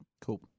cool